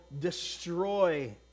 destroy